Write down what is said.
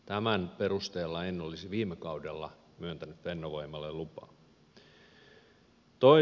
tämän perusteella en olisi viime kaudella myöntänyt fennovoimalle lupaa